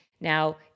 Now